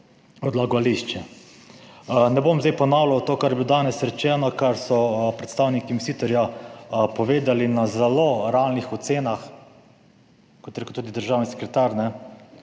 odlagališče. Ne bom zdaj ponavljal tega, kar je bilo danes rečeno, kar so predstavniki investitorja povedali na zelo realnih ocenah, kot je rekel tudi državni sekretar,